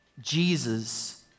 Jesus